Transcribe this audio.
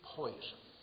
poison